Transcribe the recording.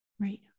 Right